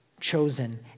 chosen